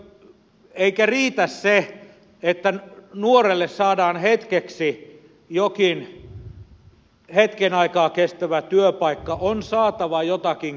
eikä riitä se että nuorelle saadaan hetkeksi jokin työpaikka on saatava jotakin kestävämpää